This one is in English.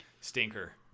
stinker